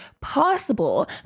possible